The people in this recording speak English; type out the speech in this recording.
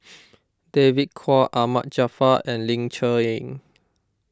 David Kwo Ahmad Jaafar and Ling Cher Eng